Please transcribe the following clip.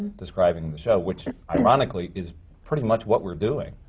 describing the show, which ironically is pretty much what we're doing.